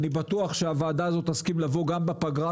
אני בטוח שהוועדה הזאת תסכים לבוא גם בפגרה,